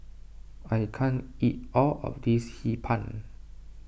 I can't eat all of this Hee Pan